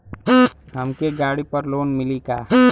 हमके गाड़ी पर लोन मिली का?